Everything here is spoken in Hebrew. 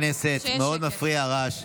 חברי הכנסת, מאוד מפריע הרעש.